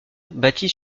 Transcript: bâtie